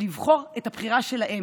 לבחור את הבחירה שלהם.